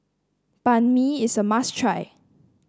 Banh Mi is a must try